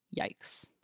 Yikes